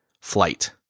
flight